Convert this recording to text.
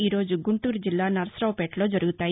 ఈ రోజు గుంటూరు జిల్లా నర్పరావుపేటలో జరుగుతాయి